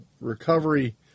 recovery